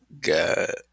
God